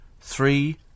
three